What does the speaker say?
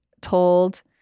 told